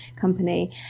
company